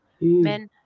men